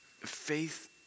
faith